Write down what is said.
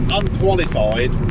unqualified